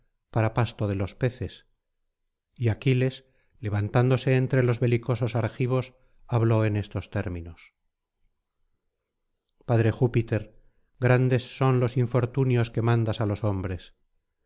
para pasto de los peces y aquiles levantándose entre los belicosos argivos habló en estos términos padre júpiter grandes son los infortunios que mandas á los hombres